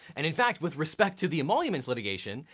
and in fact, with respect to the emoluments litigation,